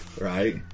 Right